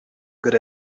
good